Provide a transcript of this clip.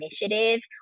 initiative